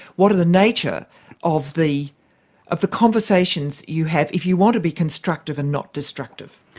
what are the nature of the of the conversations you have if you want to be constructive and not destructive?